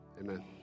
amen